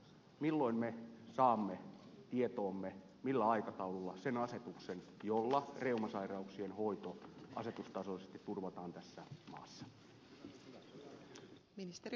milloin me saamme tietoomme millä aikataululla sen asetuksen jolla reumasairauksien hoito asetustasoisesti turvataan tässä maassa